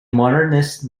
modernist